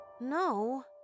No